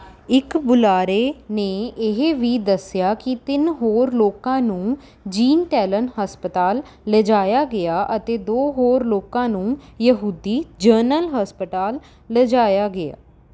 ਇੱਕ ਬੁਲਾਰੇ ਨੇ ਇਹ ਵੀ ਦੱਸਿਆ ਕਿ ਤਿੰਨ ਹੋਰ ਲੋਕਾਂ ਨੂੰ ਜੀਨ ਟੈਲਨ ਹਸਪਤਾਲ ਲਿਜਾਇਆ ਗਿਆ ਅਤੇ ਦੋ ਹੋਰ ਲੋਕਾਂ ਨੂੰ ਯਹੂਦੀ ਜਨਰਲ ਹਸਪਤਾਲ ਲਿਜਾਇਆ ਗਿਆ